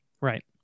Right